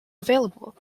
available